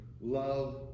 Love